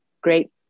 great